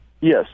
yes